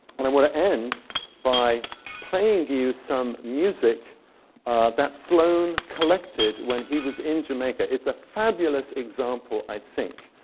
and i want to end by playing you some music that sloane collected when he was in jamaica. it's a fabulous example, i think,